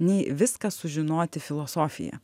nei viską sužinoti filosofija